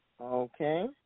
Okay